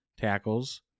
tackles